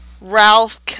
Ralph